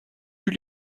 plus